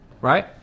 right